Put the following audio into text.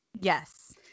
Yes